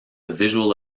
visual